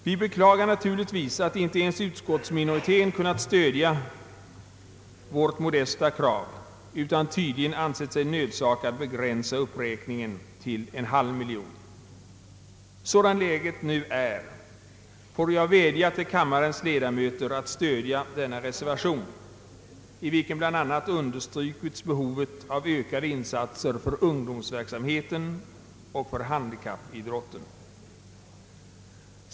Vi beklagar naturligtvis att inte ens utskottsminoriteten kunnat stödja vårt modesta krav utan tydligen ansett sig nödsakad att begränsa uppräkningen till 1/2 miljon kronor. Sådant läget nu är får jag vädja till kammarens ledamöter att stödja denna reservation, i vilken bland annat understrukits behovet av ökade insatser för ungdomsverksamheten och för handikappidrotten.